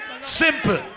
Simple